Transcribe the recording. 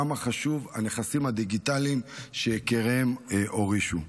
וכמה חשובים הנכסים הדיגיטליים שיקיריהם הורישו.